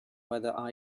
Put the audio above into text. whether